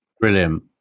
brilliant